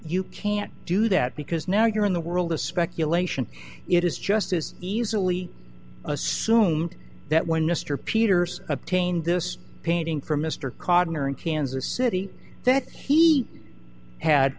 you can't do that because now you're in the world of speculation it is just as easily assumed that when mr peterson obtained this painting from mr codner in kansas city that he had